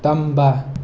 ꯇꯝꯕ